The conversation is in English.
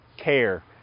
care